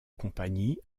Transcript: compagnie